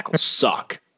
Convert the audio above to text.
suck